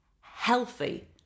healthy